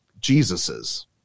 Jesus's